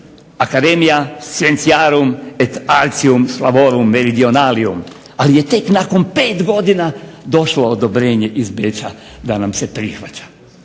Academia Scientiarum et Artium Slavorum Meridionalium. Ali je tek nakon pet godina došlo odobrenje iz Beča da nam se prihvaća.